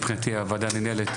הוועדה נעולה.